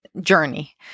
journey